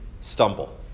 stumble